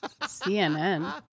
CNN